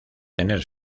tener